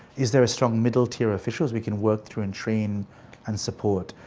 is there a strong middle tier officials we can work through and train and support,